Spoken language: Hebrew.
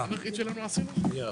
הישיבה ננעלה בשעה 13:40.